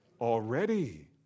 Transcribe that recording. Already